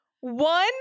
one